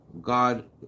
God